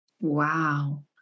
wow